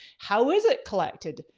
how is it collected?